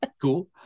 Cool